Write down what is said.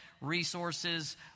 resources